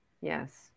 yes